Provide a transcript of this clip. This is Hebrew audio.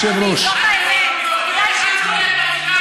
אם ירצה האל יתעלה.) שימו לב,